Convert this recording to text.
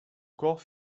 corps